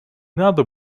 надо